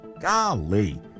Golly